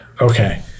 okay